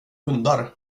hundar